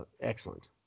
Excellent